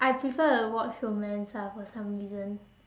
I prefer to watch romance ah for some reason